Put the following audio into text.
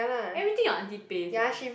everything your aunty pay sia